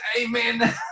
amen